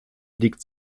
liegt